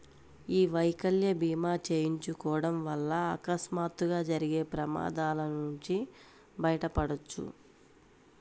యీ వైకల్య భీమా చేయించుకోడం వల్ల అకస్మాత్తుగా జరిగే ప్రమాదాల నుంచి బయటపడొచ్చు